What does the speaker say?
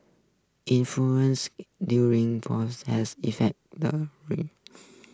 influence during has affected the